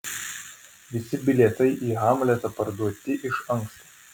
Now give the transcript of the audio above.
visi bilietai į hamletą parduoti iš anksto